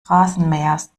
rasenmähers